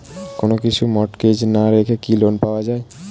কোন কিছু মর্টগেজ না রেখে কি লোন পাওয়া য়ায়?